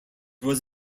was